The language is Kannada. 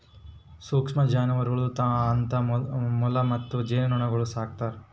ಸೂಕ್ಷ್ಮ ಜಾನುವಾರುಗಳು ಅಂತ ಮೊಲ ಮತ್ತು ಜೇನುನೊಣಗುಳ್ನ ಸಾಕ್ತಾರೆ